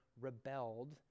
rebelled